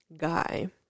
guy